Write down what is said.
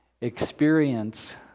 experience